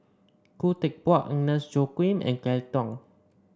Khoo Teck Puat Agnes Joaquim and Kelly Tang